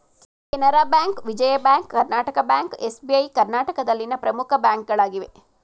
Canara bank, Vijaya bank, Karnataka bank, SBI ಕರ್ನಾಟಕದಲ್ಲಿನ ಪ್ರಮುಖ ಬ್ಯಾಂಕ್ಗಳಾಗಿವೆ